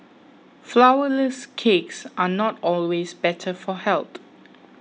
Flourless Cakes are not always better for health